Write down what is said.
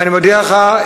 ואני מודיע לך,